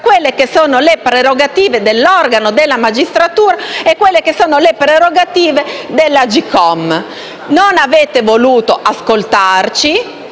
Non avete voluto ascoltarci